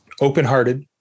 open-hearted